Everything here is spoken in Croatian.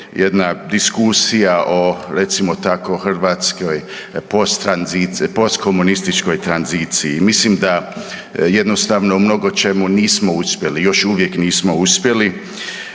jedna diskusija o, recimo tako, hrvatskoj post .../nerazumljivo/... postkomunističkoj tranziciji. Mislim da jednostavno u mnogočemu nismo uspjeli, još uvijek nismo uspjeli.